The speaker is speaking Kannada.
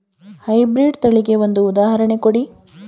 ಹೈ ಬ್ರೀಡ್ ತಳಿಗೆ ಒಂದು ಉದಾಹರಣೆ ಕೊಡಿ?